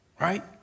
right